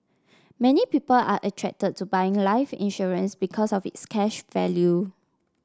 many people are attracted to buying life insurance because of its cash value